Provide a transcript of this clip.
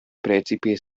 precipe